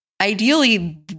ideally